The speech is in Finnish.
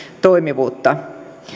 toimivuutta